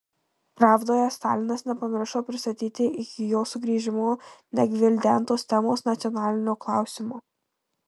pravdoje stalinas nepamiršo pristatyti iki jo sugrįžimo negvildentos temos nacionalinio klausimo